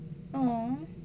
oh